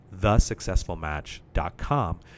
thesuccessfulmatch.com